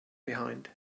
behind